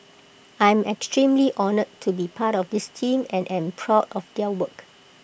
I'm extremely honoured to be part of this team and am proud of their work